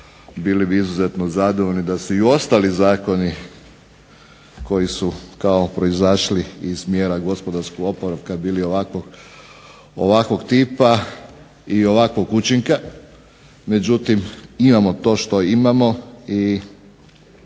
bili bi izuzetno zadovoljni da su i ostali zakoni koji su kao proizašli iz mjera gospodarskog oporavka bili ovakvog tipa i ovakvog učinka. Međutim, imamo to što imamo i